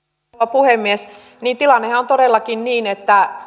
puhemies niin tilannehan on todellakin niin että